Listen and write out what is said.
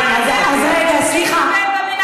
אז בואי, אז רגע, סליחה.